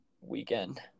weekend